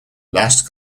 last